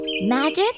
Magic